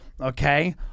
okay